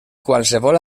qualsevol